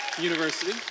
university